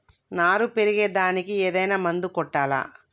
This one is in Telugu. నారు పెరిగే దానికి ఏదైనా మందు కొట్టాలా?